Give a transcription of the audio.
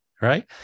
Right